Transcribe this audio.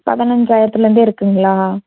பதினைஞ்சாயரத்துலேருந்தே இருக்குதுங்களா